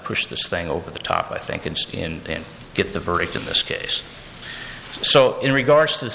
push this thing over the top i think in skin get the verdict in this case so in regards to the